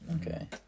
Okay